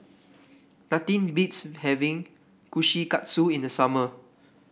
nothing beats having Kushikatsu in the summer